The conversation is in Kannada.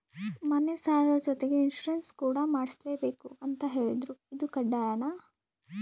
ಮನೆ ಸಾಲದ ಜೊತೆಗೆ ಇನ್ಸುರೆನ್ಸ್ ಕೂಡ ಮಾಡ್ಸಲೇಬೇಕು ಅಂತ ಹೇಳಿದ್ರು ಇದು ಕಡ್ಡಾಯನಾ?